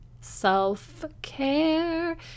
self-care